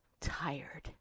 tired